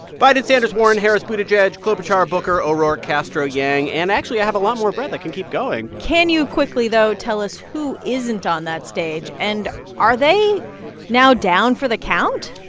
biden, sanders, warren, harris, buttigieg, klobuchar, booker, o'rourke, castro, yang and actually, i have a lot more breath. i can keep going can you quickly, though, tell us who isn't on that stage? and are they now down for the count?